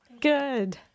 Good